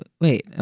Wait